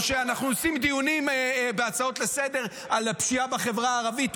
וכשאנחנו עושים דיונים בהצעות לסדר-היום על הפשיעה בחברה הערבית,